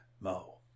Mo